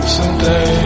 Someday